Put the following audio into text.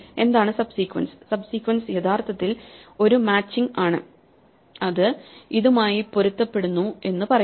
എന്താണ് subsequence subsequence യഥാർത്ഥത്തിൽ ഒരു മാച്ചിങ് ആണ് ഇത് ഇതുമായി പൊരുത്തപ്പെടുന്നു എന്ന് പറയും